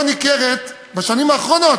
לא ניכרת בשנים האחרונות,